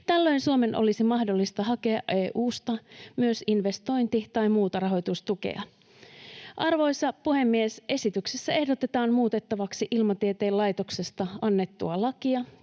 Tällöin Suomen olisi mahdollista hakea EU:sta myös investointi- tai muuta rahoitustukea. Arvoisa puhemies! Esityksessä ehdotetaan muutettavaksi Ilmatieteen laitoksesta annettua lakia